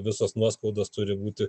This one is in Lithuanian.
visos nuoskaudos turi būti